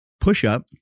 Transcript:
push-up